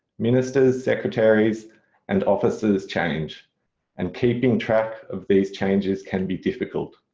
ministers secretaries and officers change and keeping track of these changes can be difficult.